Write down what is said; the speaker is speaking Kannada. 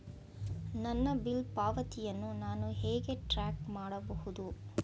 ನನ್ನ ಬಿಲ್ ಪಾವತಿಯನ್ನು ನಾನು ಹೇಗೆ ಟ್ರ್ಯಾಕ್ ಮಾಡಬಹುದು?